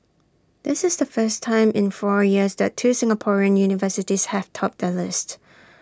this is the first time in four years that two Singaporean universities have topped the list